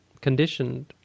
conditioned